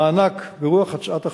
המענק, ברוח הצעת החוק,